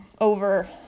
over